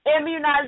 Immunization